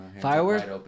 Firework